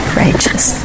righteous